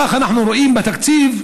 כך אנחנו רואים בתקציב,